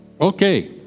Okay